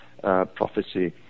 Prophecy